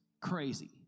Crazy